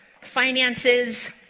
finances